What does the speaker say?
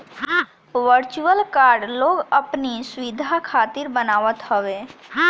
virtual card लोग अपनी सुविधा खातिर बनवावत हवे